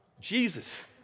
Jesus